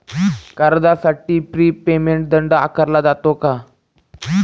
कर्जासाठी prepayment दंड आकारला जातो का?